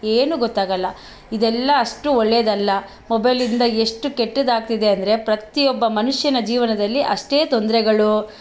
ಏನು ಗೊತ್ತಾಗೊಲ್ಲ ಇದೆಲ್ಲ ಅಷ್ಟು ಒಳ್ಳೇದಲ್ಲ ಮೊಬೈಲಿಂದ ಎಷ್ಟು ಕೆಟ್ಟದಾಗ್ತಿದೆ ಅಂದರೆ ಪ್ರತಿಯೊಬ್ಬ ಮನುಷ್ಯನ ಜೀವನದಲ್ಲಿ ಅಷ್ಟೇ ತೊಂದರೆಗಳು